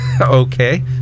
Okay